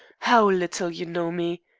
how little you know me.